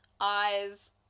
eyes